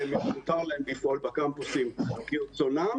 ומותר להם לפעול בקמפוסים כרצונם